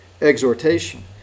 exhortation